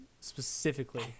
specifically